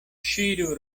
ŝiru